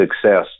success